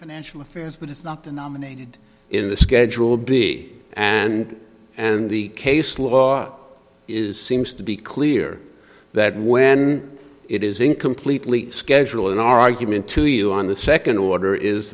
financial affairs but it's not denominated in the schedule b and and the case law is seems to be clear that when it is incompletely schedule an argument to you on the second order is